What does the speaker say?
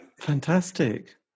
Fantastic